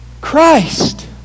Christ